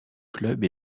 club